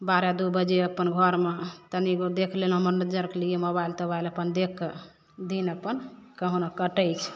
बारह दू बजे अपन घरमे तनी गो देख लेलहुँ मनोरञ्जनके लिए मोबाइल तोबाइल अपन देखकऽ दिन अपन कहूना कट छै